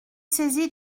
saisi